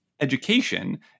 education